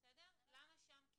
הסיבה השנייה היתה למנוע את הטרטור,